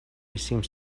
seems